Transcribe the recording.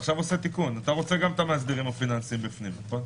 אתה רוצה גם את המאסדרים הפיננסיים בפנים, נכון?